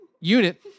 Unit